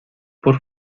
por